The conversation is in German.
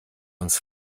uns